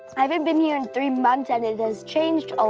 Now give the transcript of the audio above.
i haven't been here in three months, and it has changed ah